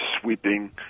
sweeping